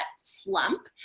slump